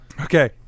Okay